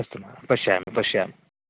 अस्तु महोदय पश्यामि पश्यामि